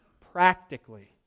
practically